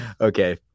Okay